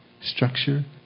structure